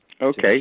Okay